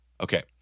Okay